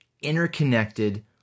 interconnected